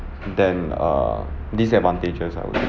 then err disadvantages I would